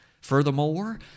Furthermore